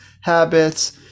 habits